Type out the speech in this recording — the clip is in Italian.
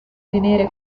tenere